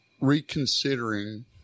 reconsidering